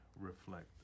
reflect